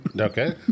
Okay